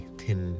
thin